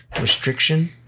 restriction